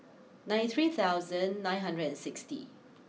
ninety three thousand nine hundred and sixty